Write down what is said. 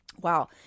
wow